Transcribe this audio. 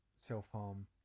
self-harm